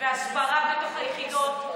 והסברה בתוך היחידות,